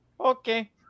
okay